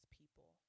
people